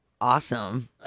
Awesome